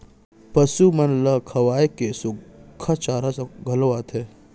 पसु मन ल खवाए के सुक्खा चारा घलौ आथे